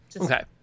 okay